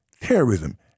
terrorism